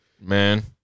Man